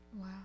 Wow